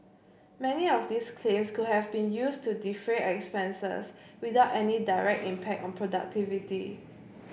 many of these claims could have been used to defray expenses without any direct impact on productivity